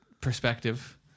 perspective